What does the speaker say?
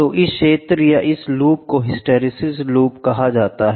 तो इस क्षेत्र या इस लूप को हिस्टैरिसीस लूप कहा जाता है